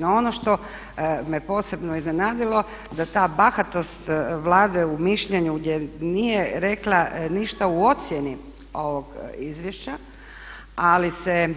No ono što me posebno iznenadilo da ta bahatost Vlade u mišljenju gdje nije rekla ništa u ocjeni ovog izvješća ali se